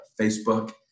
Facebook